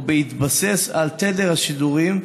ובהתבסס על תדר השידורים,